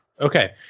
Okay